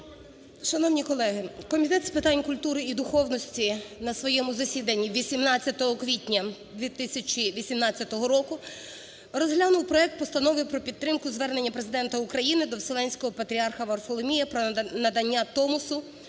Шановні колеги, Комітет з питань культури і духовності на своєму засіданні 18 квітня 2018 року розглянув проект Постанови про підтримку звернення Президента України до Вселенського Патріарха Варфоломія про надання Томосу